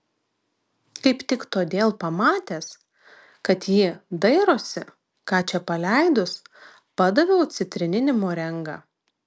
kaip tik todėl pamatęs kad ji dairosi ką čia paleidus padaviau citrininį morengą